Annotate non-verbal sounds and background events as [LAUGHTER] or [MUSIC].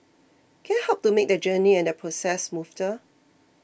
can I help make that journey and that process [UNINTELLIGIBLE]